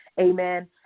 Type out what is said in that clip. Amen